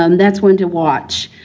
um that's one to watch.